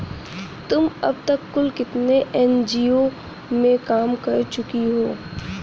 तुम अब तक कुल कितने एन.जी.ओ में काम कर चुकी हो?